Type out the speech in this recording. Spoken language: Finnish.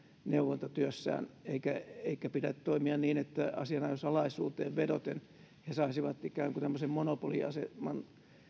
neuvontatyössään eikä pidä toimia niin että asianajosalaisuuteen vedoten he saisivat ikään kuin tämmöisen monopoliaseman